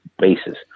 basis